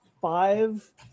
five